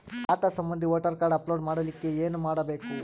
ಖಾತಾ ಸಂಬಂಧಿ voter card upload ಮಾಡಲಿಕ್ಕೆ ಏನ ಮಾಡಬೇಕು?